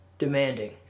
Demanding